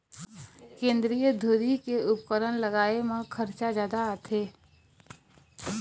केंद्रीय धुरी सिंचई के उपकरन लगाए म खरचा जादा आथे